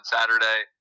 Saturday